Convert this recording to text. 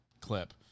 clip